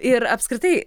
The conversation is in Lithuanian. ir apskritai